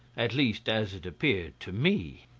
at least as it appeared to me.